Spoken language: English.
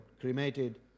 cremated